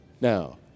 Now